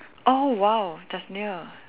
oh !wow! that's near